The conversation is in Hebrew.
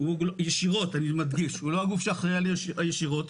אני מדגיש ישירות.